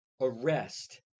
arrest